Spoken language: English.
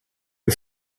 you